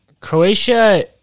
Croatia